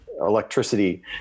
electricity